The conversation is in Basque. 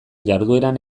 jardueran